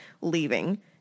leaving